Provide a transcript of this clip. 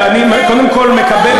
מה זו התשוקה שאחזה בכם?